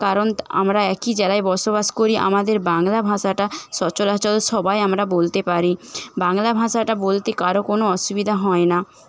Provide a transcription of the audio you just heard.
কারণ আমরা একই জায়গায় বসবাস করি আমাদের বাংলা ভাষাটা সচরাচর সবাই আমরা বলতে পারি বাংলা ভাষাটা বলতে কারোর কোনো অসুবিধা হয় না